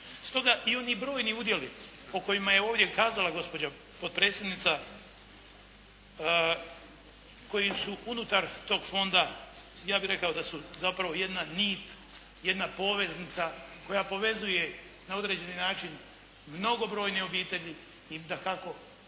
Stoga i oni brojni udjeli o kojima je ovdje kazala gospođa potpredsjednica, koji su unutar toga Fonda, ja bih rekao da su zapravo jedna nit, jedna poveznica koja povezuje na određeni način mnogobrojne obitelji i dakako